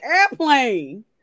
airplane